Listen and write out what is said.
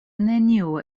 neniu